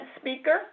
speaker